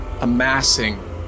amassing